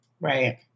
Right